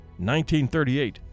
1938